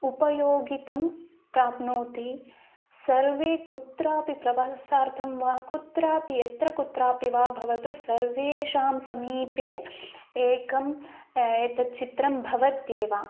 उपयोगितं प्राप्नोति सर्वे कुत्रापि प्रवल्सार्थं वा कुत्रापि यत्र कुत्रापि वा भवतु सर्वेषां समीपे एकम् एतद् चित्रं भवत्येव